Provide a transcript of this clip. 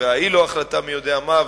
וההיא לא החלטה מי-יודע-מה.